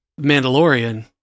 Mandalorian